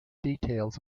details